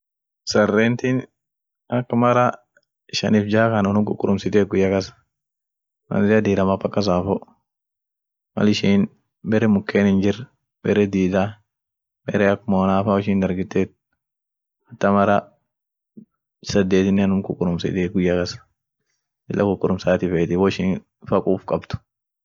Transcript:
sarentin ak mara shanif ja kan unum ququrumsitiey guyakas kwanzia dirama paka safo mal' ishin bere muken hinjir, bere dida, bere ak monafa woishin dargetet hata mara sadetinen unum ququrumsitiey guyya kas, lila ququrumsati feeti woishinfa quuf kabd.